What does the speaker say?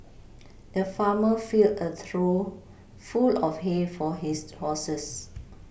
the farmer filled a trough full of hay for his horses